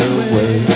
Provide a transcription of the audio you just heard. away